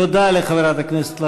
תודה לחברת הכנסת לביא.